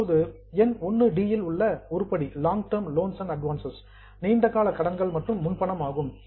இப்போது என் 1 இல் உள்ள உருப்படி long term loans and advance நீண்ட கால கடன்கள் மற்றும் முன்பணம் ஆகும்